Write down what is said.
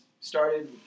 started